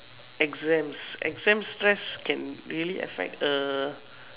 exams exam stress can really affect a